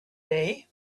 day